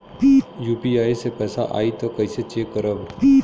UPI से पैसा आई त कइसे चेक करब?